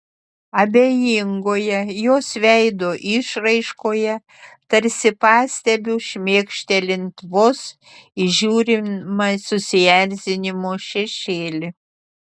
abejingoje jos veido išraiškoje tarsi pastebiu šmėkštelint vos įžiūrimą susierzinimo šešėlį